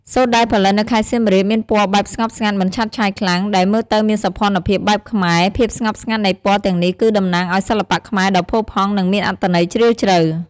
សូត្រដែលផលិតនៅខេត្តសៀមរាបមានពណ៌បែបស្ងប់ស្ងាត់ មិនឆើតឆាយខ្លាំង ដែលមើលទៅមានសោភ័ណភាពបែបខ្មែរ ភាពស្ងប់ស្ងាត់នៃពណ៌ទាំងនេះគឺតំណាងឲ្យសិល្បៈខ្មែរដ៏ផូរផង់ និងមានអត្ថន័យជ្រាលជ្រៅ។